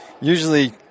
usually